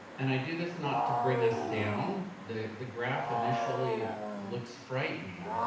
and i do this not to bring us down. the the graph initially looks frightening.